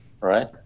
Right